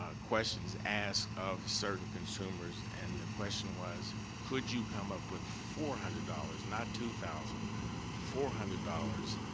ah questions asked of certain consumers, and the question was, could you come up with four hundred dollars not two thousand four hundred dollars,